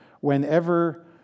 whenever